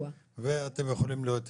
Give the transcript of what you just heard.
ואתם יכולים להיות איתנו.